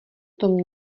tom